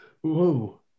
Whoa